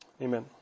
Amen